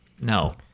No